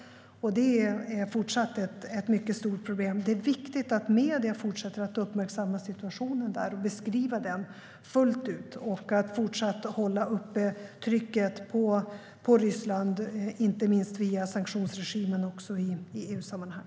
Det fortsätter att vara ett mycket stort problem. Det är viktigt att medierna fortsätter att uppmärksamma situationen och beskriva den fullt ut och att vi upprätthåller trycket på Ryssland, inte minst via sanktionsregimen i EU-sammanhang.